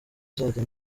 nzajya